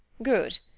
good!